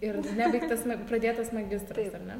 ir nebaigtas ma pradėtas magistras ar ne